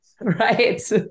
Right